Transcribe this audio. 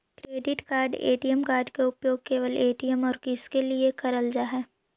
Credit card ATM card के उपयोग केवल ए.टी.एम और किसके के लिए करल जा है?